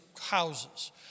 houses